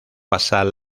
basal